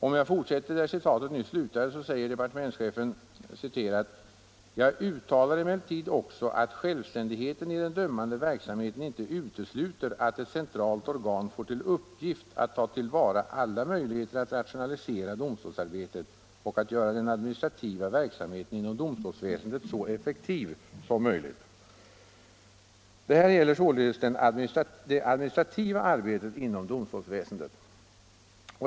Om jag fortsätter, där citatet nyss slutade, så säger departementschefen: ”Jag uttalade emellertid också att självständigheten i den dömande verksamheten inte utesluter att ett centralt organ får till uppgift att ta tillvara alla möjligheter att rationalisera domstolsarbetet och att göra den administrativa verksamheten inom domstolsväsendet så effektiv som möjligt.” Det här gäller således det administrativa arbetet inom domstolsväsendet.